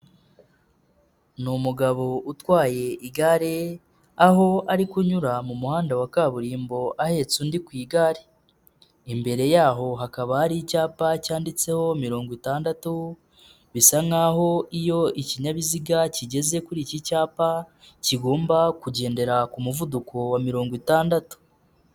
Ni umugabo utwaye igare aho ari kunyura mu muhanda wa kaburimbo ahetse undi ku igare, imbere yaho hakaba hari icyapa cyanditseho mirongo itandatu bisa nkaho iyo ikinyabiziga kigeze kuri iki cyapa kigomba kugendera ku muvuduko wa mirongo itandatu.